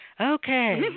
Okay